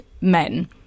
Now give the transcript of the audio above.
men